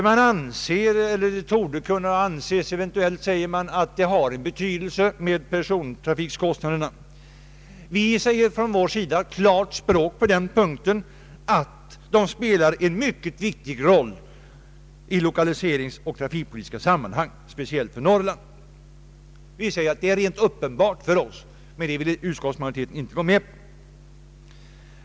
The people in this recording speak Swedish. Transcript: Det torde kunna anses, säger man, att persontrafikkostnaderna har betydelse. Vi använder från vår sida klart språk på den punkten och säger att de spelar en mycket viktig roll i lokaliseringsoch trafikpolitiska sammanhang, speciellt för Norrland. Vi säger att det är uppenbart, men det har inte utskottsmajoriteten velat gå med på.